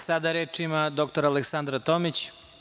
Sada reč ima doktor Aleksandra Tomić.